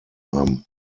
haben